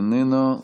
איננה,